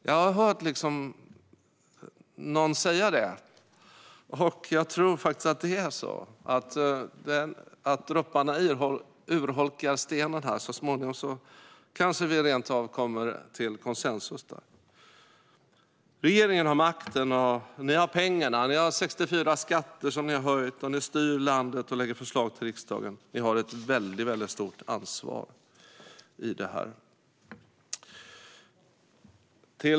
Jag har hört någon säga detta, och jag tror faktiskt att det är så att dropparna urholkar stenen. Så småningom kanske vi rent av kommer till konsensus i fråga om detta. Regeringen har makten, och ni har pengarna. Ni har höjt 64 skatter, ni styr landet och lägger fram förslag till riksdagen. Ni har ett väldigt stort ansvar i det här.